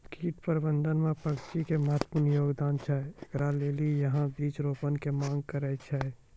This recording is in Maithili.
कीट प्रबंधन मे पक्षी के महत्वपूर्ण योगदान छैय, इकरे लेली यहाँ वृक्ष रोपण के मांग करेय छैय?